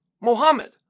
Mohammed